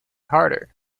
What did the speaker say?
harder